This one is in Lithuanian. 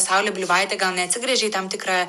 saulė bliuvaitė gal neatsigręžė į tam tikrą